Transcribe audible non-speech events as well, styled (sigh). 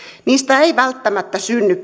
niistä ei välttämättä synny (unintelligible)